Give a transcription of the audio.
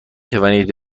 توانید